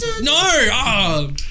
no